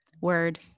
Word